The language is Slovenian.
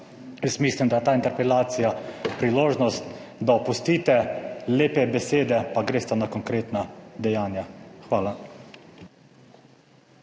Mislim, da je ta interpelacija priložnost, da opustite lepe besede pa greste na konkretna dejanja. Hvala.